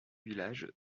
village